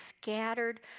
scattered